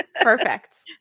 perfect